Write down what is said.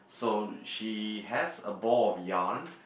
so she has a ball of yarn